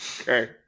Okay